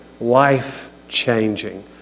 life-changing